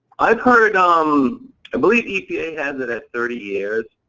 i've heard um i believe epa has it at thirty years.